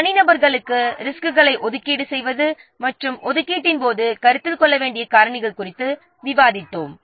எனவே தனிநபர்களுக்கு ரிசோர்ஸ்களை ஒதுக்கீடு செய்வது மற்றும் ஒதுக்கீட்டின் போது கருத்தில் கொள்ள வேண்டிய காரணிகள் குறித்து விவாதித்தோம்